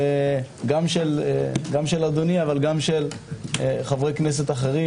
גם של אדוני אבל גם של חברי כנסת אחרים,